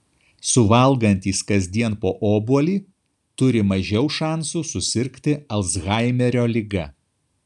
suvalgantys kasdien po obuolį turi mažiau šansų susirgti alzhaimerio liga